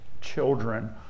children